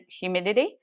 humidity